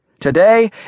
today